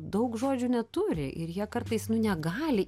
daug žodžių neturi ir jie kartais nu negali